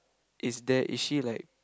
is there is she like